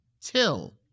till